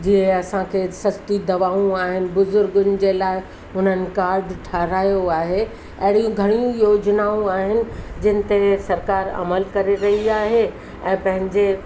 जीअं असांखे सस्ती दवाऊं आहिनि बुज़ुर्गनि जे लाइ हुननि कार्ड ठाहिरायो आहे अहिड़ियूं घणियूं योजनाऊं आहिनि जंहिं ते सरकारि अमल करे रही आहे ऐं पंहिंजे